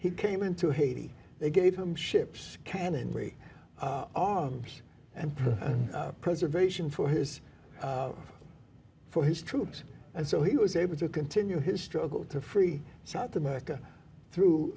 he came into haiti they gave him ships can and break arms and preservation for his for his troops and so he was able to continue his struggle to free south america through